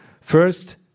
First